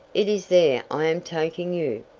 it is there i am taking you.